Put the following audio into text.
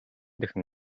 дахин